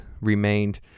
remained